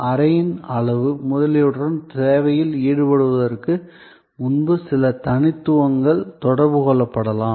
அறையின் அளவு முதலியவற்றுடன் சேவையில் ஈடுபடுவதற்கு முன்பு சில தனித்துவங்கள் தொடர்பு கொள்ளப்படலாம்